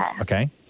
Okay